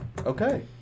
Okay